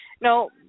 no